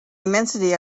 immensity